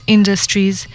Industries